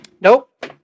nope